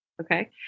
Okay